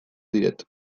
diet